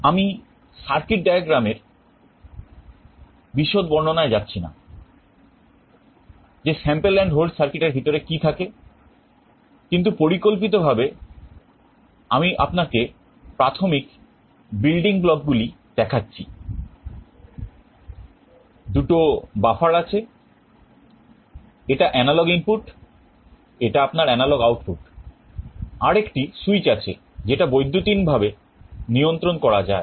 আমি circuit diagram নিয়ন্ত্রণ করা যায়